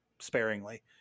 sparingly